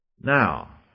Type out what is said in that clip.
Now